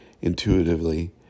Intuitively